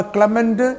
Clement